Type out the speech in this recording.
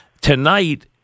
tonight